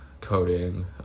coding